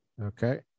Okay